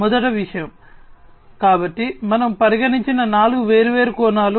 మొదటి విషయం కాబట్టి మనము పరిగణించిన నాలుగు వేర్వేరు కోణాలు